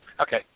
Okay